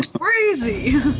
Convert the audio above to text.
crazy